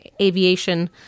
aviation